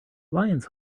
lions